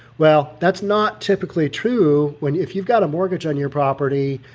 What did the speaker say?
well, that's not typically true when if you've got a mortgage on your property,